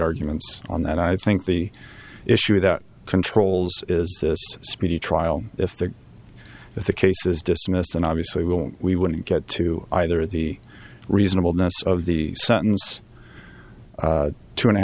arguments on that i think the issue that controls is this a speedy trial if the if the case is dismissed and obviously will we wouldn't get to either the reasonableness of the sentence or two and a